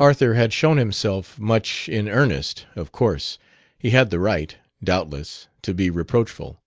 arthur had shown himself much in earnest, of course he had the right, doubtless, to be reproachful